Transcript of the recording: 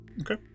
Okay